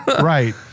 Right